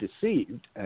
deceived